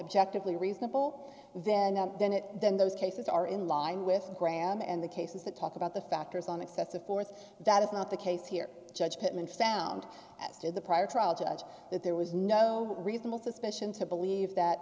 objectively reasonable then it then those cases are in line with graham and the cases that talk about the factors on excessive force that is not the case here judge pittman found as did the prior trial judge that there was no reasonable suspicion to believe that